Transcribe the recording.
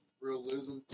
realism